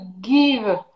give